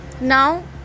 Now